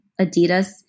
Adidas